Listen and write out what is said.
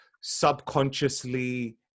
subconsciously